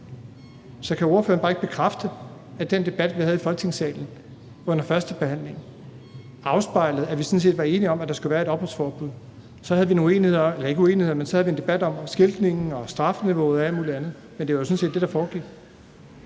Så kan ordføreren ikke bare bekræfte, at den debat, vi havde i Folketingssalen under førstebehandlingen, afspejlede, at vi sådan set var enige om, at der skal være et opholdsforbud? Så havde vi nogle uenigheder eller ikke uenigheder, men en debat om skiltningen, strafniveauet og alt muligt andet, men det var sådan set det, der foregik.